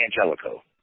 Angelico